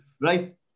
right